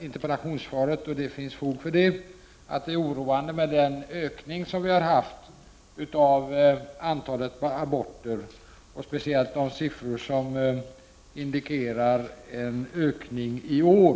interpellationssvaret, och det finns fog för det, att ökningen av antalet aborter är oroande. Framför allt gäller det de siffror som indikerar ökningen i år.